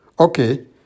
Okay